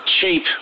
cheap